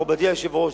מכובדי היושב-ראש,